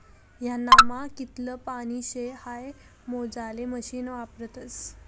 ह्यानामा कितलं पानी शे हाई मोजाले मशीन वापरतस